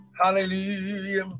Hallelujah